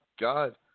God